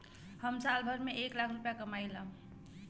हम साल भर में एक लाख रूपया कमाई ला